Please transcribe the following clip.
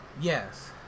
Yes